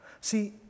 see